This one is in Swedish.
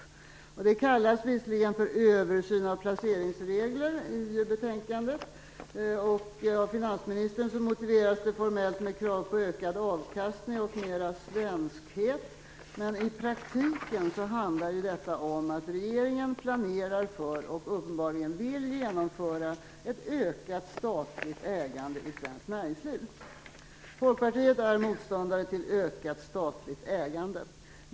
Det kallas i betänkandet visserligen för översyn av placeringsregler, och det motiveras av finansministern formellt med krav på ökad avkastning och mera svenskhet, men i praktiken handlar det ju om att regeringen planerar för och uppenbarligen vill genomföra ett ökat statligt ägande i svenskt näringsliv. Folkpartiet är motståndare till ökat statligt ägande.